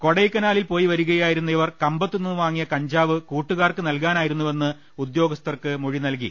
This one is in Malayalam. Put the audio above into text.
കൊടൈക്കനാലിൽ പോയിവരികയായിരുന്ന ഇവർ ക മ്പത്തുനിന്ന് വാങ്ങിയ കഞ്ചാവ് കൂട്ടുകാർക്ക് നൽകാനായിരുന്നു വെന്ന് ഉദ്യോഗസ്ഥർക്ക് മൊഴി നൽകി